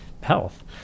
health